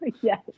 Yes